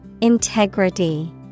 Integrity